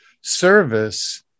service